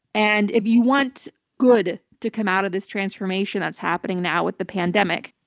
and if you want good to come out of this transformation that's happening now with the pandemic,